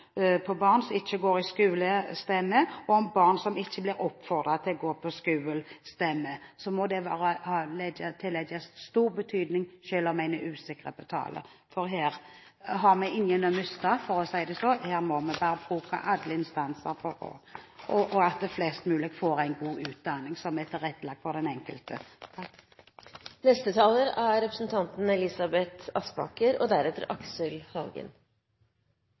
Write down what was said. på alvor. Uansett om en er usikker på om tallet på barn som ikke går i skole, stemmer, og uansett om tallet på barn som ikke blir oppfordret til å gå på skole, stemmer, må det tillegges stor betydning, selv om en er usikker på tallet. Her har vi ingen å miste, for å si det slik, her må vi bare bruke alle instanser, slik at flest mulig får en god utdanning som er tilrettelagt for den enkelte.